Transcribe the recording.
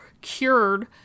cured